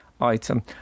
item